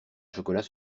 chocolat